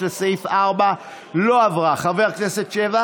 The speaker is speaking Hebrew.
אנחנו עוברים להסתייגות מס' 21,